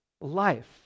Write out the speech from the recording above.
life